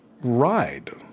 ride